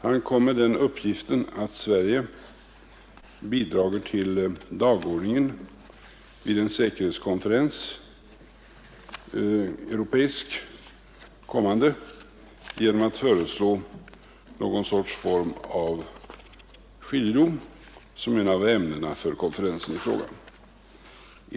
Han lämnade den uppgiften att Sverige bidrar till dagordningen vid en kommande europeisk säkerhetskonferens genom att föreslå någon form av skiljedom som ett ämne för konferensen i fråga.